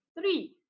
three